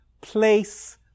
place